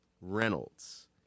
Reynolds